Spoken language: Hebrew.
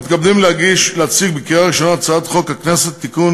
הכרזת ההסתדרות על סכסוך עבודה במגזר הציבורי.